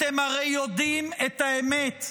אתם הרי יודעים את האמת.